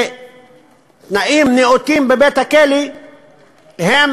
תנאים נאותים בבית-הכלא הם